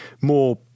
more